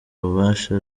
bubasha